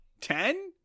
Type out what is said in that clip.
ten